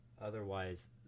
Otherwise